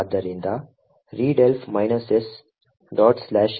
ಆದ್ದರಿಂದ readelf S